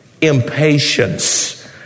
Impatience